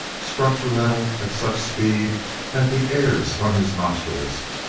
struck the level at such speed that the air stung his nostrils,